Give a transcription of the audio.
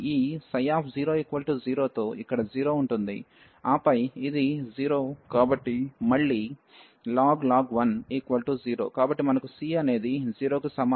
ఆపై ఇది 0 కాబట్టి మళ్ళీ ln 1 0 కాబట్టి మనకు c అనేది 0 కి సమానం